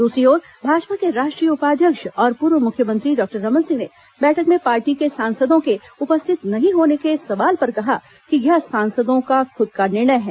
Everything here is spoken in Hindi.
दूसरी ओर भाजपा के राष्ट्रीय उपाध्यक्ष और पूर्व मुख्यमंत्री डॉक्टर रमन सिंह ने बैठक में पार्टी के सांसदों के उपस्थित नहीं होने के सवाल पर कहा कि यह सांसदों का खुद का निर्णय है